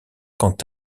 quant